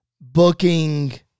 booking